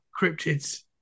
cryptids